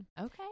Okay